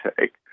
take